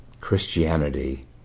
Christianity